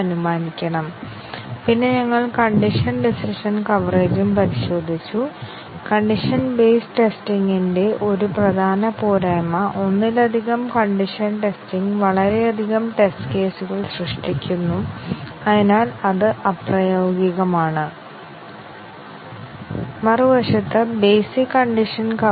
അതിനാൽ നിരവധി തരത്തിലുള്ള കണ്ടീഷൻ ടെസ്റ്റിംഗുകൾ ഉണ്ടെന്ന് ഞങ്ങൾ കണ്ടു ഒരെണ്ണത്തെ ഏറ്റവും ലളിതമായ ടെസ്റ്റിംഗായ ബേസിക് കണ്ടീഷൻ ടെസ്റ്റിംഗ് എന്ന് വിളിക്കുന്നു ഇവിടെ ഇതുപോലുള്ള ഒരു ഡിസിഷൻ സ്റ്റേറ്റ്മെൻറ്ഇൽ നിരവധി ആറ്റോമിക് അവസ്ഥകൾ അടങ്ങിയിരിക്കുന്നു ഉദാഹരണത്തിന് a 10 ൽ കൂടുതൽ b 50 ൽ താഴെ തുടങ്ങിയവയും ഈ ടെസ്റ്റിങ്ങും ബേസിക് കണ്ടിഷൻ ടെസ്റ്റിങ്